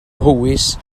mhowys